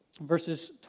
verses